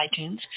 iTunes